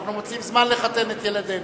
אנחנו מוצאים זמן לחתן את ילדינו.